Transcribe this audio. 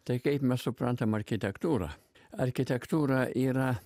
tai kaip mes suprantam architektūrą architektūra yra